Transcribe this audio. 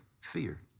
fear